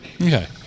Okay